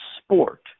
sport